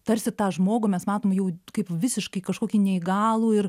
tarsi tą žmogų mes matom jau kaip visiškai kažkokį neįgalų ir